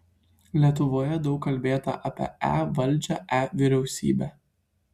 lietuvoje daug kalbėta apie e valdžią e vyriausybę